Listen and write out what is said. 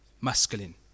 masculine